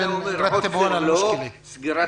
--- לא מדברים